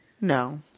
No